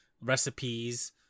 recipes